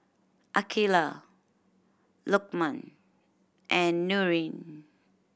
Aqilah Lokman and Nurin